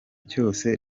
cyose